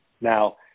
Now